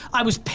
i was,